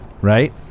right